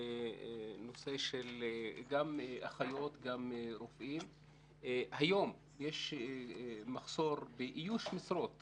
של אחיות ורופאים; היום יש מחסור באיוש משרות